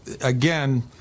again